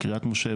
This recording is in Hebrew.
קריית משה,